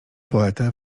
poeta